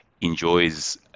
enjoys